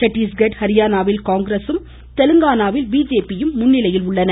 சட்டீஸ்கட் ஹரியானாவில் காங்கிரஸும் தெலங்கானாவில் பிஜேபி யும் முன்னிலையில் உள்ளன